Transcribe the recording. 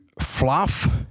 fluff